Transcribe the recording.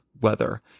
weather